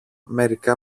μερικά